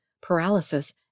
paralysis